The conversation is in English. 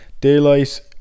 Daylight